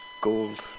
gold